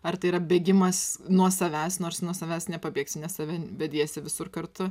ar tai yra bėgimas nuo savęs nors nuo savęs nepabėgsi nes save vediesi visur kartu